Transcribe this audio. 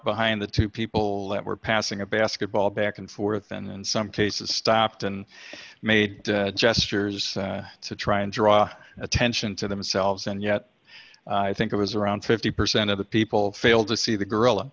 behind the two people that were passing a basketball back and forth and some cases stopped and made gestures to try and draw attention to themselves and yet i think it was around fifty percent of the people failed to see the gorilla